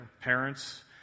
parents